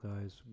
guys